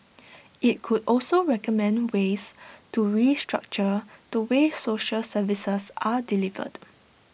IT could also recommend ways to restructure the way social services are delivered